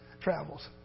travels